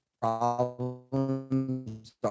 problems